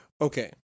Okay